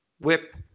whip